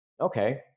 okay